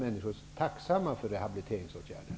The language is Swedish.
Människor är ofta tacksamma för rehabiliteringsåtgärder.